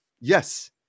yes